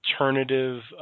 alternative